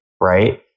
right